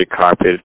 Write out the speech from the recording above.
carpet